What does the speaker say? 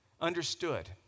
understood